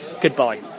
goodbye